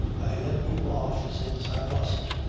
i let you off since i must.